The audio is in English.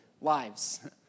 lives